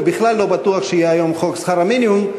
ובכלל לא בטוח שיהיה היום חוק שכר מינימום,